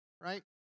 right